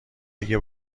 دیگه